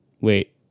wait